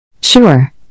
Sure